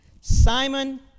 Simon